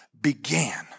began